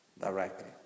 directly